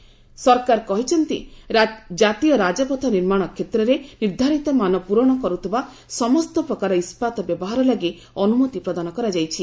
ଗଡ଼୍କରୀ ସରକାର କହିଛନ୍ତି କାତୀୟ ରାଜପଥ ନିର୍ମାଣ ଷେତ୍ରରେ ନିର୍ଦ୍ଧାରିତ ମାନ ପୂରଣ କରୁଥିବା ସମସ୍ତ ପ୍ରକାର ଇସ୍କାତ ବ୍ୟବହାର ଲାଗି ଅନୁମତି ପ୍ରଦାନ କରାଯାଇଛି